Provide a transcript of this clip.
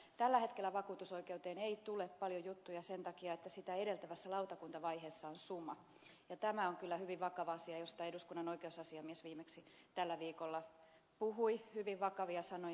tällä hetkellä vakuutusoikeuteen ei tule paljon juttuja sen takia että sitä edeltävässä lautakuntavaiheessa on suma ja tämä on kyllä hyvin vakava asia josta eduskunnan oikeusasiamies viimeksi tällä viikolla puhui hyvin vakavia sanoja